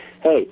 Hey